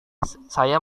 saya